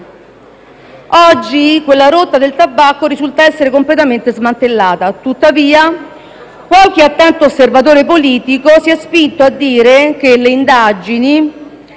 Oggi quella rotta del tabacco risulta essere completamente smantellata, tuttavia qualche attento osservatore politico si è spinto a dire che le indagini